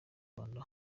rwanda